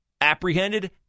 apprehended